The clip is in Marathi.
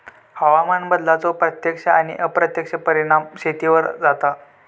हवामान बदलाचो प्रत्यक्ष आणि अप्रत्यक्ष परिणाम शेतीवर जाता